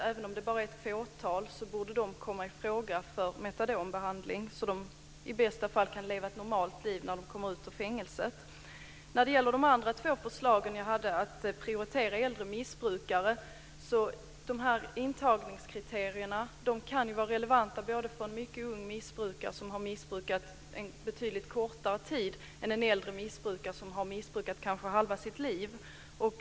Även om det bara är ett fåtal tycker jag att de borde komma i fråga för metadonbehandling så att de i bästa fall kan leva ett normalt liv när de kommer ut ur fängelset. När det gäller mitt förslag att prioritera äldre missbrukare kan ju de här intagningskriterierna vara relevanta både för en mycket ung missbrukare som har missbrukat en relativt kort tid och en äldre missbrukare som har missbrukat kanske halva sitt liv.